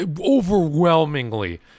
overwhelmingly